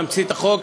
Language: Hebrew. את תמצית החוק,